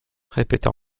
répéta